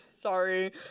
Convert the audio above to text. sorry